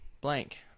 blank